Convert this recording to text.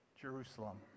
Jerusalem